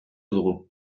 dugu